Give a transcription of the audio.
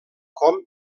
com